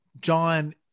John